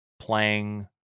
playing